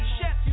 Chef